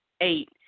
Eight